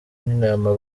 n’intama